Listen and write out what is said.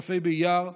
כ"ה באייר,